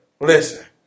listen